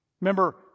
Remember